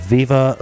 Viva